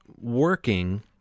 working